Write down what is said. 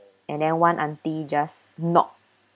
and then one auntie just knock